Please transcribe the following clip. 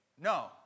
no